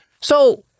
So-